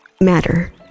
matter